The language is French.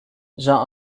jean